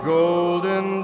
golden